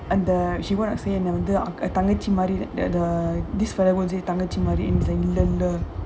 uh the she வந்து:vandhu uh the this fellow தங்கச்சி மாதிரி:thangachi maadhiri lender